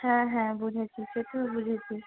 হ্যাঁ হ্যাঁ বুঝেছি সে তো বুঝেছি